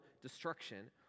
destruction